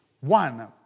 one